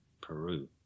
Peru